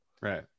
right